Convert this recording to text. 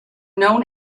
known